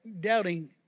doubting